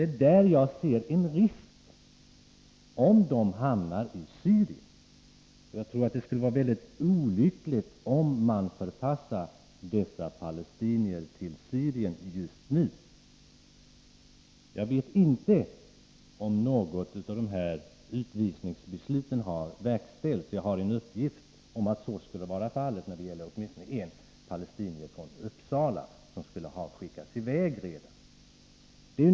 Däri ser jag en risk, om de hamnar i Syrien. Jag tror det skulle vara mycket olyckligt att förpassa dessa palestinier till Syrien just nu. Jag vet inte om något av dessa utvisningsbeslut har verkställts. Jag har en uppgift om att så skulle vara fallet när det gäller åtminstone en palestinier från Uppsala, som skulle ha skickats i väg redan.